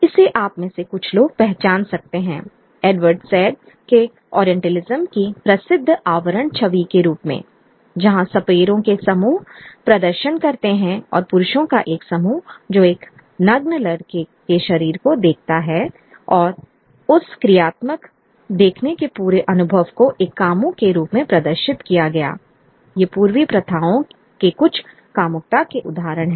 इसे आप में से कुछ लोग पहचान सकते हैं एडवर्ड सैड के ओरिएंटलिज्म की प्रसिद्ध आवरण छवि के रूप में जहाँ सपेरों के समूह प्रदर्शन करते हैं और पुरुषों का एक समूह जो एक नग्न लड़के के शरीर को देखता है और उस क्रियात्मक देखने के पूरे अनुभव को एक कामुक के रूप में प्रदर्शित किया गया ये पूर्वी प्रथाओं में कुछ कामुकता के उदाहरण हैं